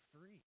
free